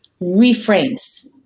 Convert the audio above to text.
reframes